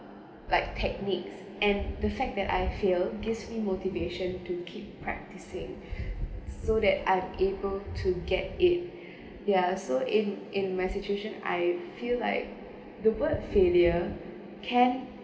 like techniques and the fact that I failed gives me motivation to keep practicing so that I'm able to get it ya so in in my situation I feel like the word failure can